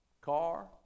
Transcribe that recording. car